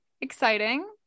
exciting